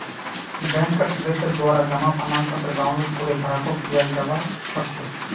बैंकेर सदस्येर द्वारा जमा प्रमाणपत्र डाउनलोड करे ग्राहकक दियाल जबा सक छह